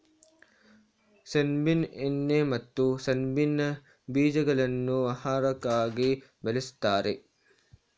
ಸೆಣಬಿನ ಎಣ್ಣೆ ಮತ್ತು ಸೆಣಬಿನ ಬೀಜಗಳನ್ನು ಆಹಾರಕ್ಕಾಗಿ ಬಳ್ಸತ್ತರೆ